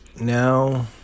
now